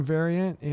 Variant